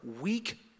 weak